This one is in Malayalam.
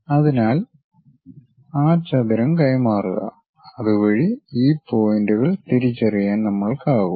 അതിനാൽ ആ ചതുരം കൈമാറുക അതുവഴി ഈ പോയിന്റുകൾ തിരിച്ചറിയാൻ നമ്മൾക്കാകും